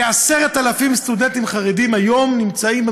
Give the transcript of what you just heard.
כ-10,000 סטודנטים חרדים נמצאים היום